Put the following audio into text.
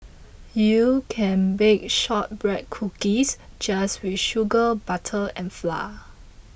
you can bake Shortbread Cookies just with sugar butter and flour